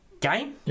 game